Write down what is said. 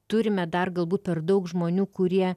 turime dar galbūt per daug žmonių kurie